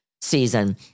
season